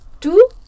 Two